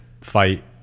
fight